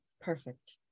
perfect